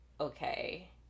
okay